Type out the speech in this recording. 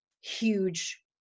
huge